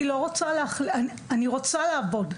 אני לא רוצה להחליף אני לא רוצה לעבוד,